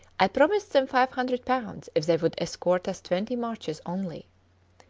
i promised them five hundred pounds if they would escort us twenty marches only.